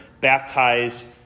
baptize